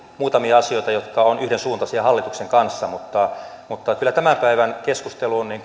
muutamia asioita jotka ovat yhdensuuntaisia hallituksen kanssa mutta mutta kyllä tämän päivän